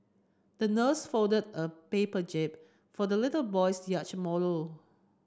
the nurse folded a paper jib for the little boy's yacht model